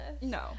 No